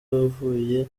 avuye